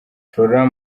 florent